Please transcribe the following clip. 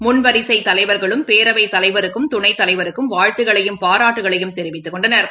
முன்வரிசைதலைவர்களும் பேரவைதலைவருக்கும் துணைத் தலைவருக்கும் வாழ்த்துகளையும் பாராட்டுகளையும் தெரிவித்துக் கொண்டனா்